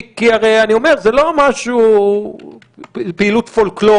הרי זה לא פעילות פולקלור.